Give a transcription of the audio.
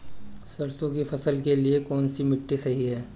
सरसों की फसल के लिए कौनसी मिट्टी सही हैं?